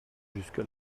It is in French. jusque